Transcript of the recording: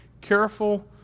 careful